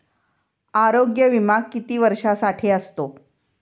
आरोग्य विमा किती वर्षांसाठी असतो?